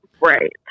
right